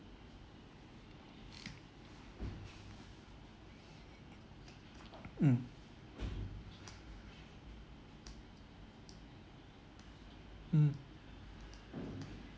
mm mm